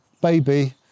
baby